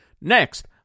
next